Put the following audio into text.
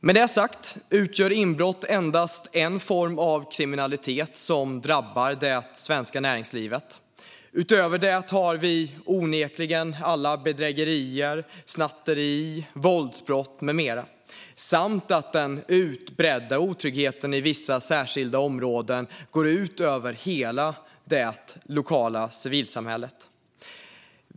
Med detta sagt utgör inbrott endast en form av kriminalitet som drabbar det svenska näringslivet. Utöver det har vi alla bedrägerier, snatterier, våldsbrott med mera. Därtill går den utbredda otryggheten i vissa särskilda områden ut över hela det lokala civilsamhället.